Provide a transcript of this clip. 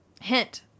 Hint